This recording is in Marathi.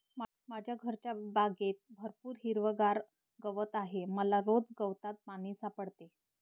माझ्या घरच्या बागेत भरपूर हिरवागार गवत आहे मला रोज गवतात पाणी सापडते